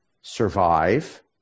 survive